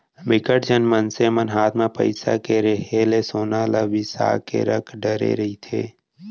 बिकट झन मनसे मन हात म पइसा के रेहे ले सोना ल बिसा के रख डरे रहिथे